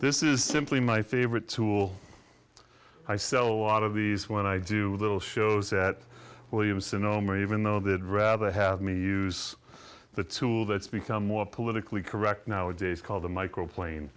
this is simply my favorite tool i sell a lot of these when i do little shows at williams sonoma even though they had rather have me use the tool that's become more politically correct nowadays called the microplane